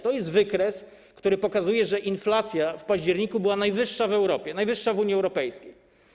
To jest wykres, który pokazuje, że inflacja w październiku była najwyższa w Europie, najwyższa w Unii Europejskiej.